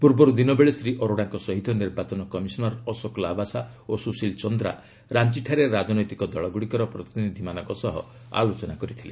ପୂର୍ବରୁ ଦିନବେଳେ ଶ୍ରୀ ଅରୋଡ଼ାଙ୍କ ସହିତ ନିର୍ବାଚନ କମିଶନର ଅଶୋକ ଲାବାସା ଓ ସ୍ରଶିଲ୍ ଚନ୍ଦ୍ରା ରାଞ୍ଚୁଠାରେ ରାଜନୈତିକ ଦଳଗ୍ରଡ଼ିକର ପ୍ରତିନିଧ୍ୟମାନଙ୍କ ସହ ଆଲୋଚନା କରିଥିଲେ